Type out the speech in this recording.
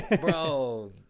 bro